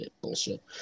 bullshit